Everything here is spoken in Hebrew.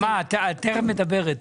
נעמה, את תיכף מדברת.